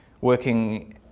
working